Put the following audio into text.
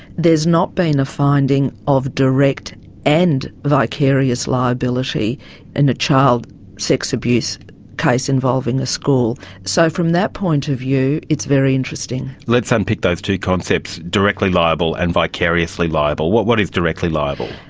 there has not been a finding of direct and vicarious liability in a child sex abuse case involving a school. so from that point of view it's very interesting. let's unpick those two concepts directly liable and vicariously liable. what what is directly liable?